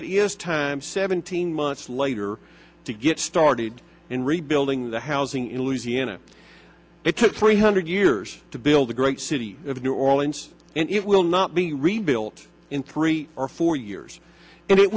it is time seventeen months later to get started in rebuilding the housing in louisiana it took three hundred years to build the great city of new orleans and it will not be rebuilt in three or four years